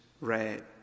read